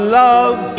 love